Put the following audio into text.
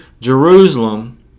Jerusalem